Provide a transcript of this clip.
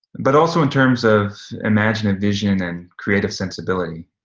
but also in terms of imaginative vision and creative sensibility.